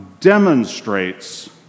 demonstrates